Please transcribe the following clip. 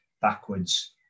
backwards